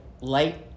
light